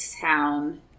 town